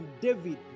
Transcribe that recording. David